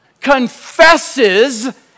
Confesses